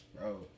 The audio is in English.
bro